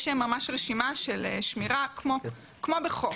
יש ממש רשימה של שמירה, כמו בחוק.